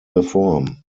reform